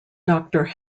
doctor